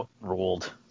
ruled